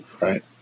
Right